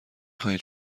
خواهید